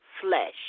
flesh